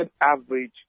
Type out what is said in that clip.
average